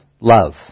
love